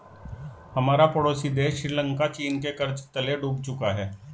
हमारा पड़ोसी देश श्रीलंका चीन के कर्ज तले डूब चुका है